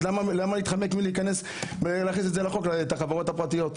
למה להתחמק מלהכניס את החברות הפרטיות לחוק?